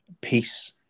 peace